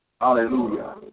Hallelujah